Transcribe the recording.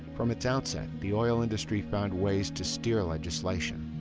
from its outset, the oil industry found ways to steer legislation,